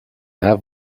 have